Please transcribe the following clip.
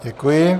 Děkuji.